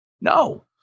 No